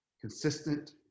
consistent